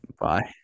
bye